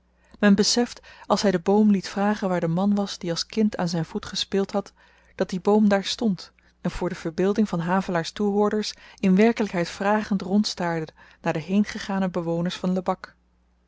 men beseft als hy den boom liet vragen waar de man was die als kind aan zyn voet gespeeld had dat die boom daar stond en voor de verbeelding van havelaars toehoorders in werkelykheid vragend rondstaarde naar de heengegane bewoners van lebak